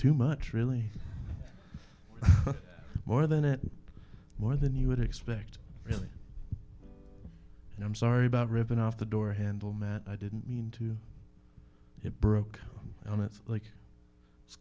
too much really more than it more than you would expect really and i'm sorry about ripping off the door handle matt i didn't mean to hit brooke on it like it's